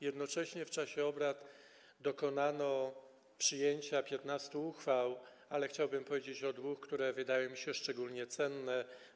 Jednocześnie w czasie obrad dokonano przyjęcia 15 uchwał, ale chciałbym powiedzieć o dwóch, które wydają mi się szczególnie cenne.